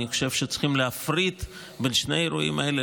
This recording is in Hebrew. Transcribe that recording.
אני חושב שצריכים להפריד בין שני האירועים האלה,